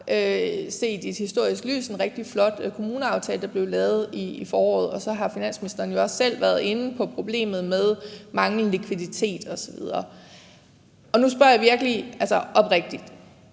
set i et historisk lys var en rigtig flot kommuneaftale, der blev lavet i foråret, og så har finansministeren jo også selv været inde på problemet med manglende likviditet osv. Nu spørger jeg virkelig oprigtigt.